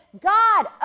God